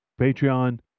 Patreon